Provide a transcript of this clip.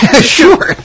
Sure